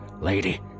Lady